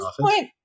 point